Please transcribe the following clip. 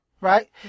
right